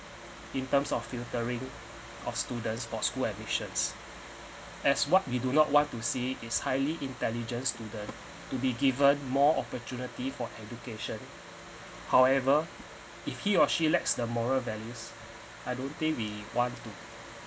in terms of filtering of students for school missions as what we do not want to see is highly intelligent student to be given more opportunity for education however if he or she lacks the moral values I don't think we want to